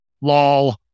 lol